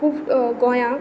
खूब गोंयांक